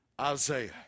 Isaiah